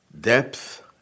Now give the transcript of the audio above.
depth